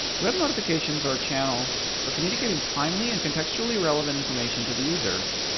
web notifications are a channel for communicating timely and contextually relevant information to the user.